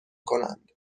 کنند